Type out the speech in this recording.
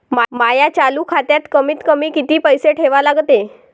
माया चालू खात्यात कमीत कमी किती पैसे ठेवा लागते?